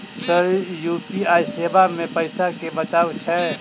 Sir UPI सेवा मे पैसा केँ बचाब छैय?